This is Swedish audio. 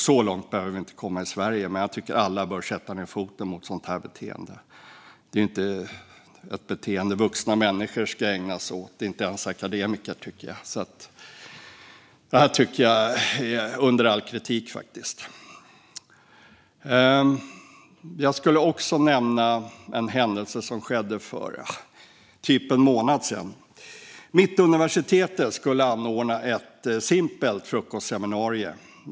Så långt behöver vi inte gå i Sverige, men jag tycker att alla bör sätta ned foten mot sådant här beteende. Det är inte ett beteende som vuxna människor ska ägna sig åt, inte ens akademiker. Det här tycker jag är under all kritik. Jag ska också nämna en händelse som skedde för typ en månad sedan. Mittuniversitetet skulle anordna ett simpelt frukostseminarium.